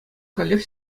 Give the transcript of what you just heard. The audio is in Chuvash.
каллех